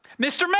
Mr